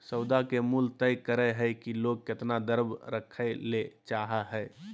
सौदा के मूल्य तय करय हइ कि लोग केतना द्रव्य रखय ले चाहइ हइ